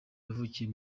yavukiye